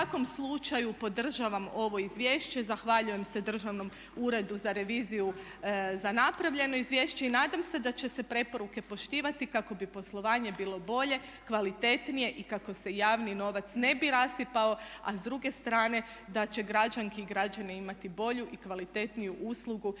U svakom slučaju podržavam ovo izvješće, zahvaljujem se Državnom uredu za reviziju za napravljeno izvješće i nadam se da će se preporuke poštivati kako bi poslovanje bilo bolje, kvalitetnije i kako se javni novac ne bi rasipao a s druge strane da će građanke i građani imati bolju i kvalitetniju uslugu,